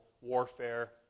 warfare